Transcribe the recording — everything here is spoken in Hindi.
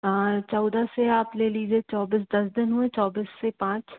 चौदह से आप ले लीजिए चौबीस दस दिन हुए चौबीस से पाँच